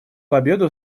победу